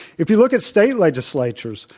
if you look at state legislatures,